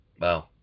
Wow